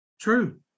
true